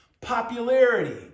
popularity